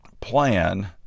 plan